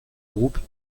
groupe